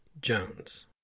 Jones